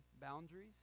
boundaries